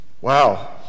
wow